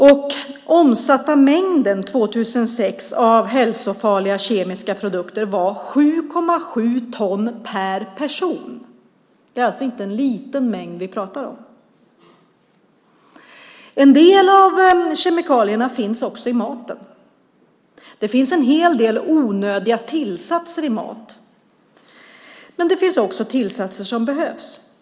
Den omsatta mängden av hälsofarliga kemiska produkter år 2006 var 7,7 ton per person! Det är alltså inte en liten mängd vi pratar om. En del av kemikalierna finns i maten. Det finns en hel del onödiga tillsatser i mat, men det finns också tillsatser som behövs.